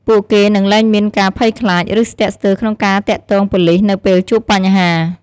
ពួកគេនឹងលែងមានការភ័យខ្លាច ឬស្ទាក់ស្ទើរក្នុងការទាក់ទងប៉ូលីសនៅពេលជួបបញ្ហា។